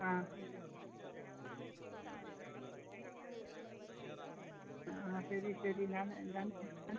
ആ ആ ശരി ശരി ഞാൻ എന്താണെന്ന്